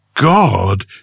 God